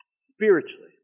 spiritually